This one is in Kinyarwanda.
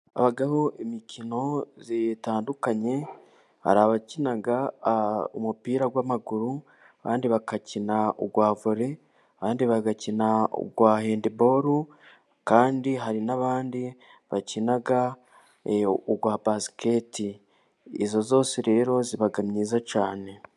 Habaho imikino itandukanye. Hari abakina umupira w'amaguru, abandi bagakina uwa vore abandi bagakina uwa hendiboro. Kandi hari n'abandi bakina basiketi. Iyo yose rero iba myiza cyane.